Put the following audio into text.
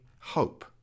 hope